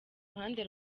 ruhande